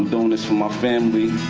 i'm doing this for my family.